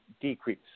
decrease